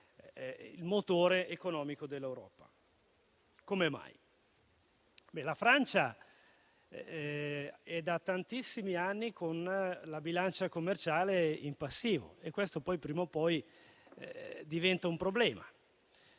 motore economico dell'Europa. La Francia ha da tantissimi anni la bilancia commerciale in passivo e questo prima o poi diventa un problema;